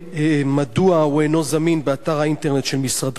מדוע הוא אינו זמין באתר האינטרנט של משרדך?